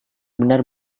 benar